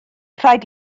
rhaid